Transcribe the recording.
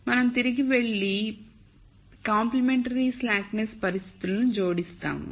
మనం తిరిగి వెళ్లి పరిపూరకరమైన మందగింపుపరిస్థితులను జోడిస్తాము